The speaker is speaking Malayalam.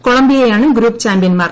കൊളംബിയയാണ് ഗ്രൂപ്പ് ചാമ്പ്യൻമാർ